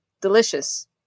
Delicious